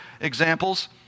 examples